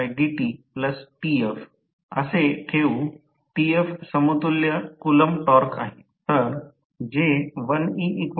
तेथे आकृतीमध्ये बार दर्शविला होता जे रोटर पेक्षा थोडे मोठे होते ते स्लॉट आहे